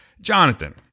Jonathan